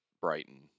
Brighton